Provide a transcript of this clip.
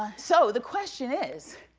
ah so, the question is